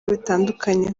bitandukanye